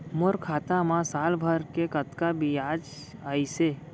मोर खाता मा साल भर के कतका बियाज अइसे?